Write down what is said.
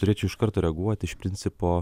turėčiau iš karto reaguot iš principo